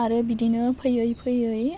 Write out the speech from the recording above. आरो बिदिनो फैयै फैयै